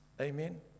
Amen